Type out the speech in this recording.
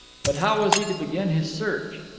but how was he to begin his search?